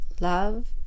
love